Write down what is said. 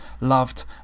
loved